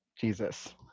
jesus